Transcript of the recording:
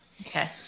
Okay